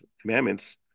commandments